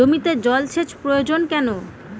জমিতে জল সেচ প্রয়োজন কেন?